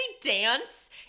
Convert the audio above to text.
dance